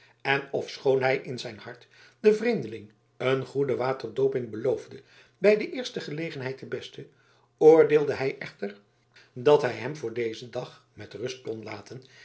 en ofschoon hij in zijn hart den vreemdeling een goede waterdooping beloofde bij de eerste gelegenheid de beste oordeelde hij echter dat hij hem voor dezen dag met rust kon laten